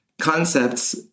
concepts